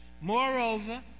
Moreover